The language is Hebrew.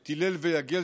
את הלל ויגל,